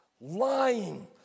lying